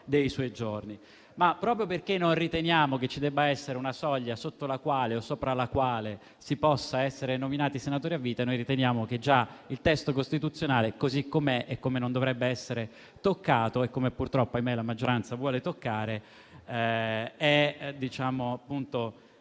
dei suoi giorni. Proprio perché non riteniamo che ci debba essere una soglia sotto la quale o sopra la quale si possa essere nominati senatori a vita, noi riteniamo che già il testo costituzionale così com'è non dovrebbe essere toccato: il testo che, purtroppo, la maggioranza vuole toccare, rappresenta